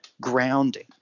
grounding